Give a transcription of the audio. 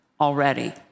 already